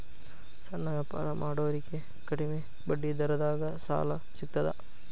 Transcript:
ಸಣ್ಣ ವ್ಯಾಪಾರ ಮಾಡೋರಿಗೆ ಕಡಿಮಿ ಬಡ್ಡಿ ದರದಾಗ್ ಸಾಲಾ ಸಿಗ್ತದಾ?